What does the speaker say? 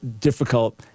difficult